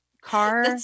car